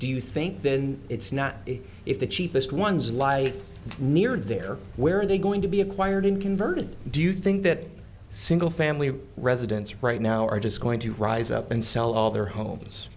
do you think then it's not if the cheapest ones lie near there where are they going to be acquired in converting do you think that single family residence right now are just going to rise up and sell all their homes